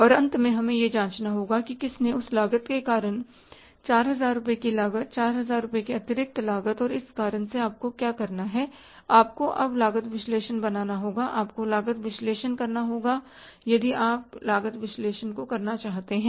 तो अंत में हमें यह जाँचना होगा कि किसने इस लागत के कारण 4000 रुपये की लागत 4000 रुपये की अतिरिक्त लागत और इस कारण से आपको क्या करना है आपको अब लागत विश्लेषण बनाना होगा आपको लागत विश्लेषण करना होगा यदि आप लागत विश्लेषण करना चाहते हैं